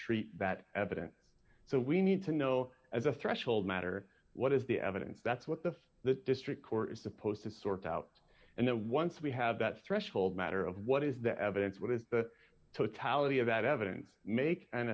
treat that evidence so we need to know as a threshold matter what is the evidence that's what the the district court is supposed to sort out and then once we have that threshold matter of what is the evidence what is the totality of that evidence make an